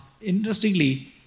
interestingly